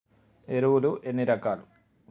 ఎరువులు ఎన్ని రకాలు?